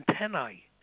antennae